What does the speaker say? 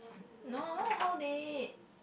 no I want to hold it